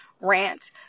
rant